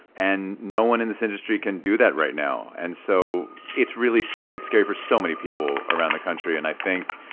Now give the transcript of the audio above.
and no one in this industry can do that right now, and so it's really scary. it's scary for so many people around the country and i think,